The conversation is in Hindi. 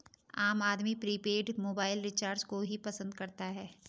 आम आदमी प्रीपेड मोबाइल रिचार्ज को ही पसंद करता है